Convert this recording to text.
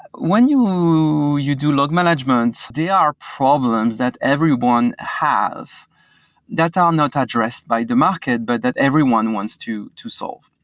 when you you do log management, there are problems that everyone have that are not addressed by the market, but that everyone wants to to solve.